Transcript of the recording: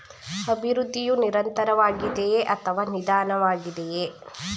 ಅಭಿವೃದ್ಧಿಯು ನಿರಂತರವಾಗಿದೆಯೇ ಅಥವಾ ನಿಧಾನವಾಗಿದೆಯೇ?